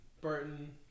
Burton